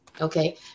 okay